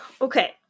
okay